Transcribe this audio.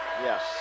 Yes